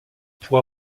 pour